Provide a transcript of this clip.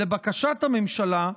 לבקשת הממשלה,